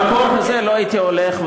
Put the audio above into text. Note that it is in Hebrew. למקום הזה לא הייתי הולך,